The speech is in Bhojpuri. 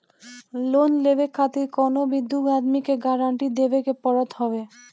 लोन लेवे खातिर कवनो भी दू आदमी के गारंटी देवे के पड़त हवे